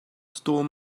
stole